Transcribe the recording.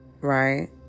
Right